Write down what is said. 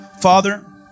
Father